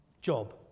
job